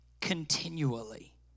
continually